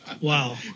Wow